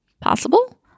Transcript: Possible